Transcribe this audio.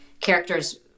characters